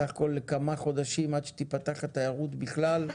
בסך הכול לכמה חודשים, עד שתיפתח התיירות בכלל,